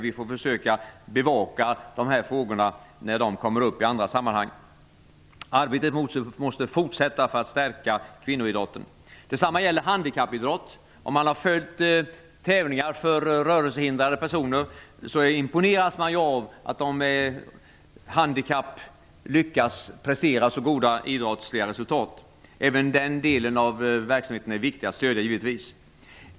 Vi får försöka bevaka nämnda frågor när de i andra sammanhang kommer upp. Arbetet med att stärka kvinnoidrotten måste fortsätta. Detsamma gäller handikappidrotten. Den som följt tävlingar för rörelsehindrade personer imponeras av att de trots handikapp lyckas prestera så goda idrottsliga resultat. Även den delen av verksamheten är det givetvis viktigt att stödja.